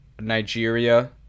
Nigeria